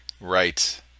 Right